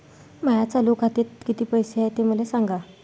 माया चालू खात्यात किती पैसे हाय ते मले सांगा